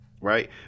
right